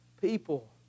People